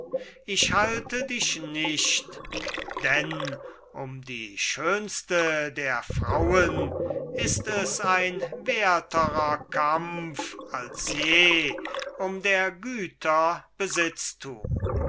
ich halte dich nicht denn um die schönste der frauen ist es ein werterer kampf als je um der güter besitztum